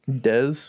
Des